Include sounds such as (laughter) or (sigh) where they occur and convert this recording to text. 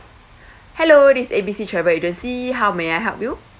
(breath) hello this is A B C travel agency how may I help you